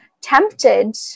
tempted